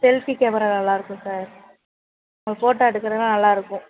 selfie camera நல்லாயிருக்கும் sir இப்போ photo எடுக்கிறதுலாம் நல்லாயிருக்கும்